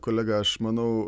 kolega aš manau